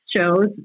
shows